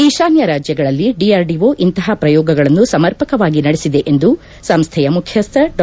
ಈಶಾನ್ಯ ರಾಜ್ಯಗಳಲ್ಲಿ ಡಿಆರ್ಡಿಟ ಇಂತಹ ಪ್ರಯೋಗಗಳನ್ನು ಸಮಪರ್ಕವಾಗಿ ನಡೆಸಿದೆ ಎಂದು ಸಂಸ್ಟೆಯ ಮುಖ್ಯಸ್ಥ ಡಾ